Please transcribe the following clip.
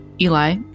eli